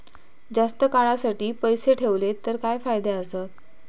जास्त काळासाठी पैसे ठेवले तर काय फायदे आसत?